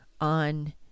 on